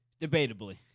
Debatably